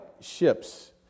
ships